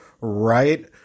Right